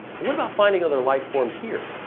what about finding another life form here,